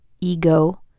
ego